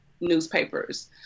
newspapers